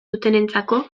dutenentzako